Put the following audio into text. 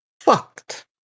fucked